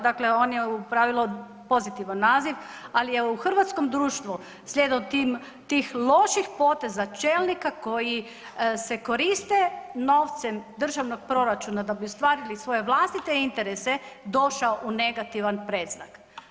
Dakle, on je u pravilu pozitivan naziv, ali je u hrvatskom društvu slijedom tih loših poteza čelnika koji se koriste novcem državnog proračuna da bi ostvarili svoje vlastite interese došao u negativan predznak.